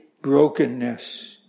brokenness